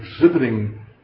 exhibiting